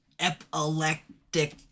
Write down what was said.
epileptic